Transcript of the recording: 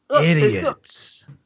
Idiots